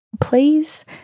please